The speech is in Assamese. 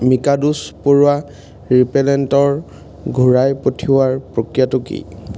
মিকাদোছ পৰুৱা ৰিপেলেণ্টৰ ঘূৰাই পঠিওৱাৰ প্ৰক্ৰিয়াটো কি